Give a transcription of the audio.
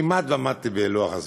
כמעט עמדתי בלוח-הזמנים.